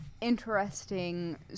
interesting